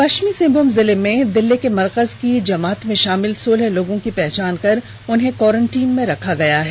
पश्चिमी सिंहभूम जिले में दिल्ली के मरकज की जमात में शामिल सोलह लोगों की पहचान कर उन्हें क्वॉरेंटीन में रखा गया है